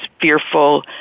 fearful